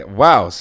wow